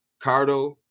Cardo